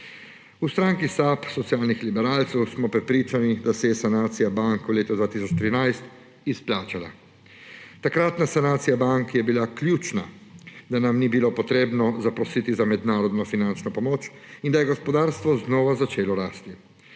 V stranki SAB – socialnih liberalcev smo prepričani, da se je sanacija bank v letu 2013 izplačala. Takratna sanacija bank je bila ključna, da nam ni bilo treba zaprositi za mednarodno finančno pomoč in da je gospodarstvo znova začelo rasti.